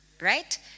right